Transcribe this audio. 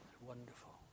Wonderful